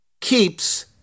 keeps